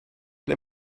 ble